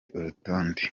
urutonde